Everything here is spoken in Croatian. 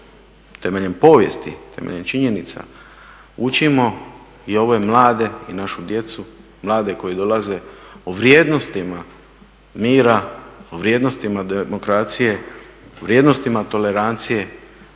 temeljem povijesti, temeljem činjenica učimo i ove mlade i našu djecu, mlade koji dolaze o vrijednostima mira, o vrijednostima demokracije, o vrijednostima tolerancije